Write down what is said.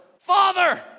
Father